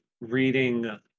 reading